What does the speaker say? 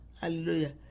Hallelujah